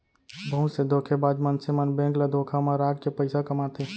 बहुत से धोखेबाज मनसे मन बेंक ल धोखा म राखके पइसा कमाथे